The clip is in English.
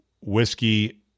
whiskey